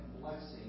blessing